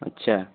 اچھا